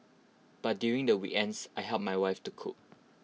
but during the we ends I help my wife to cook